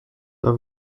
i’ve